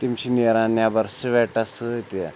تِم چھِ نیران نٮ۪بَر سُوٮ۪ٹَس سۭتۍ